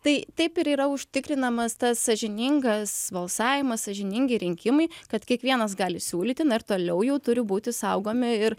tai taip ir yra užtikrinamas tas sąžiningas balsavimas sąžiningi rinkimai kad kiekvienas gali siūlyti na ir toliau jau turi būti saugomi ir